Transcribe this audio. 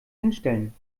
hinstellen